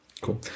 Cool